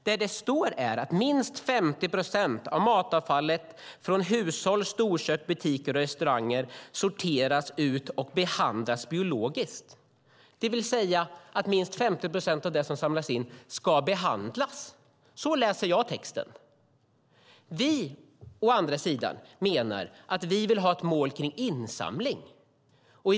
Vad som står är att "minst 50 procent av matavfallet från hushåll, storkök, butiker och restauranger sorteras ut och behandlas biologiskt", det vill säga att minst 50 procent av det som samlas in ska behandlas. Så läser jag texten. Vi vill däremot ha ett mål för insamling.